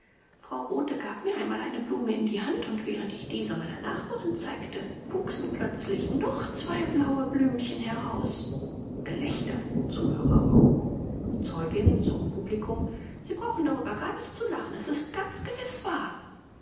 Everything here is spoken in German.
frau rothe gab mir einmal eine blume in die hand und während ich diese meiner nachbarin zeigte wuchsen plötzlich noch zwei blaue blümchen heraus gelächter im zuhörerraum zeugin zum publikum sie brauchen darüber gar nicht zu lachen es ist ganz gewiß wahr